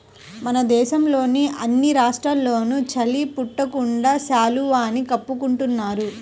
మన దేశంలోని అన్ని రాష్ట్రాల్లోనూ చలి పుట్టకుండా శాలువాని కప్పుకుంటున్నారు